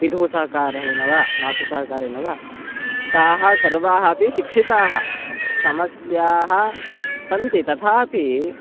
पितुः सहकारः एण वा मातुः सहकारेण वा ताः सर्वाः अपि शिक्षिताः समस्याः सन्ति तथापि